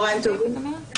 צוהריים טובים.